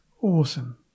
Awesome